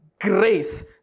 grace